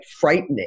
frightening